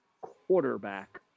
quarterback